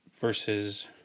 versus